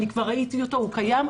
אני כבר ראיתי אותו והוא קיים.